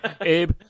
Abe